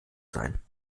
sein